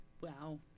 Wow